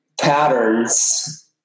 patterns